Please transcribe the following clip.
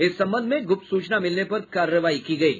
इस संबंध में गुप्त सुचना मिलने पर कार्रवाई की गयी